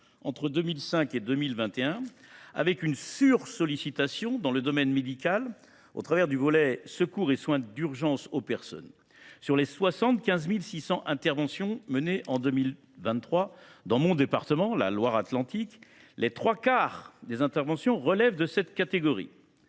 est caractérisée par une sursollicitation dans le domaine médical, au travers du volet « secours et soins d’urgence aux personnes ». Sur les 75 600 interventions menées en 2023 dans le département de la Loire Atlantique, les trois quarts relèvent de cette catégorie.